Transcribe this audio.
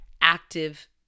active